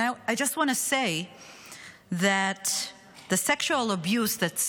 And I just to want say that the sexual abuse that is